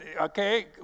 okay